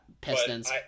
Pistons